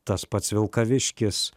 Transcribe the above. tas pats vilkaviškis